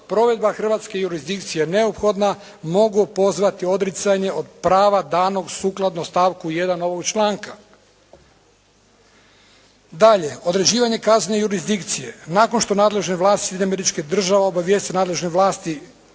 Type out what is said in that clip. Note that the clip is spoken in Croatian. provedba hrvatske jurisdikcije neophodna mogu pozvati odricanje od prava danog sukladno stavku 1. ovog članka. Dalje, određivanje kazne jurisdikcije. Nakon što nadležne vlasti Sjedinjenih